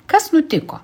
kas nutiko